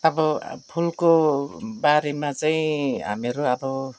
अब फुलको बारेमा चाहिँ हामीहरू अब